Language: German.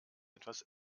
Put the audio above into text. etwas